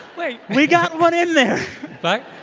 wait. we got one in there but